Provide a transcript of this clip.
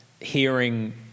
hearing